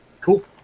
cool